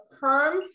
perm